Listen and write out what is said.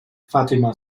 fatima